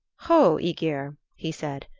ho, aegir, he said,